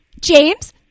James